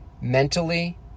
mentally